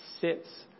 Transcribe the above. sits